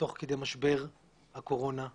תוך כדי משבר הקורונה,